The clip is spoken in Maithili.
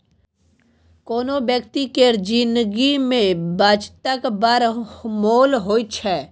कोनो बेकती केर जिनगी मे बचतक बड़ मोल होइ छै